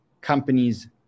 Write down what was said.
companies